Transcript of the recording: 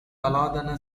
அலாதன